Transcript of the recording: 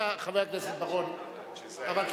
חבר הכנסת בר-און, בבקשה.